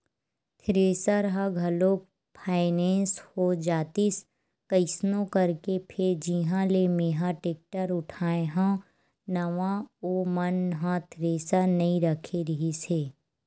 thresher ह घलोक finance हो जातिस कइसनो करके फेर जिहाँ ले मेंहा टेक्टर उठाय हव नवा ओ मन ह थेरेसर नइ रखे रिहिस हे